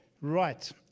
right